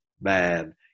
man